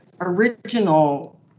original